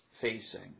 facing